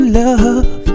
love